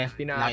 pina